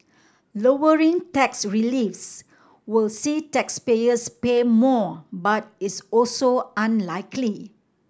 lowering tax reliefs will see taxpayers pay more but is also unlikely